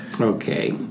Okay